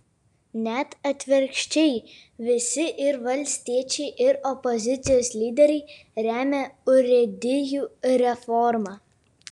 net atvirkščiai visi ir valstiečiai ir opozicijos lyderiai remia urėdijų reformą